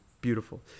beautiful